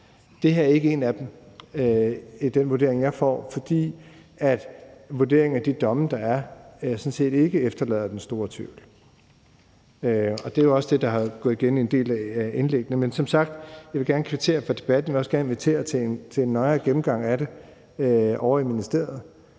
Det her er ikke en af dem ud fra den vurdering, jeg får, fordi vurderingen af de domme, der er, sådan set ikke efterlader den store tvivl. Og det er jo også det, der er gået igen i en del af indlæggene, men som sagt vil jeg gerne kvittere for debatten, og jeg vil også gerne invitere til en til nøjere gennemgang af det ovre i ministeriet,